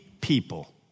people